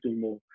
more